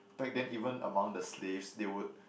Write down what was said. back then even among the slaves they would